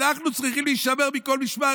אנחנו צריכים להישמר מכל משמר.